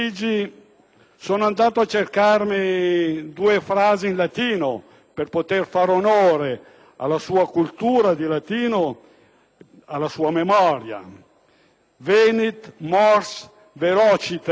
sono andato a cercare due frasi in latino, per fare onore alla sua cultura latinista, alla sua memoria: «*Venit mors velociter,